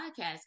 podcast